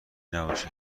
نباشه